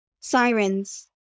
sirens